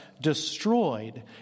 destroyed